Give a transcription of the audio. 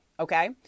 Okay